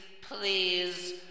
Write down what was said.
please